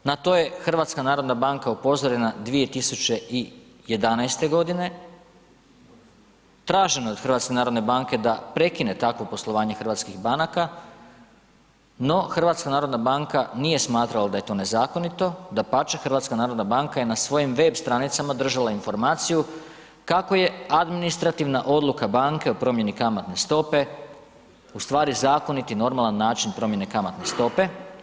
Na to je HNB upozorena 2011. godine, traženo je od HNB da prekine takvo poslovanje hrvatskih banaka, no HNB nije smatrala da je to nezakonito, dapače HNB je na svojim web stranicama držala informaciju kako je administrativna odluka banke o promjeni kamatne stope u stvari zakonit i normalan način promjene kamatne stope.